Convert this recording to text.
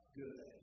good